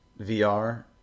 vr